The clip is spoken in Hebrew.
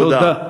תודה.